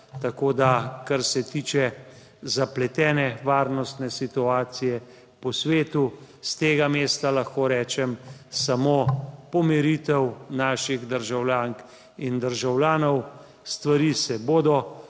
Tako da kar se tiče zapletene varnostne situacije po svetu, s tega mesta lahko rečem samo pomiritev naših državljank in državljanov: stvari se bodo